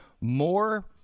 more